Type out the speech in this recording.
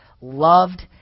loved